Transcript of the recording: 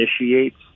initiates